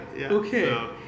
Okay